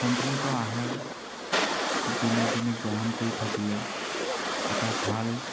সন্তুলিত আহাৰ দিনক দিনে গ্ৰহণ কৰি থাকিলে এটা ভাল